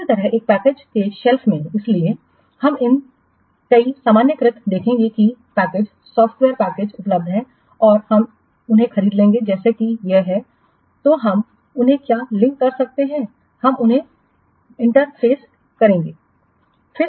इसी तरह एक पैकेज के शेल्फ में इसलिए हम कई सामान्यीकृत देखेंगे कि पैकेज सॉफ़्टवेयर पैकेज उपलब्ध हैं और हम उन्हें खरीद लेंगे जैसा कि यह है तो हम उन्हें क्या लिंक कर सकते हैं हम उन्हें इंटरफ़ेस करेंगे